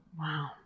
wow